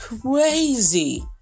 crazy